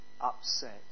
upset